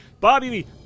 Bobby